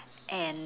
and